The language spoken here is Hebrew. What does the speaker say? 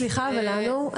סליחה, ולנו?